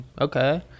okay